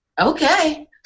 Okay